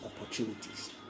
opportunities